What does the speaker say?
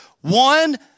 One